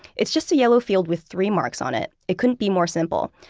it's just a yellow field with three marks on it. it couldn't be more simple.